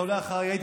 אתה עולה אחריי.